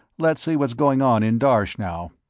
let's see what's going on in darsh now.